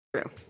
True